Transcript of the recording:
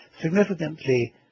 significantly